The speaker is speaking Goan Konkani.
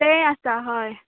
तें आसा हय